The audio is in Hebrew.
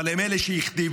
אבל הם אלה שהכתיבו.